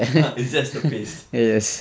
it's just a paste